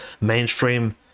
mainstream